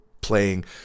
playing